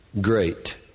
great